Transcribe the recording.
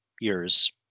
years